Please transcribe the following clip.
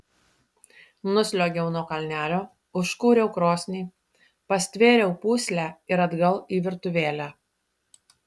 nusliuogiau nuo kalnelio užkūriau krosnį pastvėriau pūslę ir atgal į virtuvėlę